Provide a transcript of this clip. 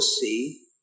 see